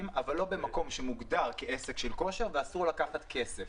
אבל לא במקום שמוגדר כעסק של כושר ואסור לקחת כסף.